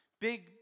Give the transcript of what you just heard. big